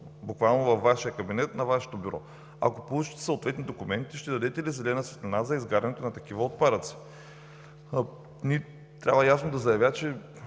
буквално във Вашия кабинет, на Вашето бюро. Ако получите съответните документи, ще дадете ли зелена светлина за изгарянето на такива отпадъци? Трябва ясно да заявя, че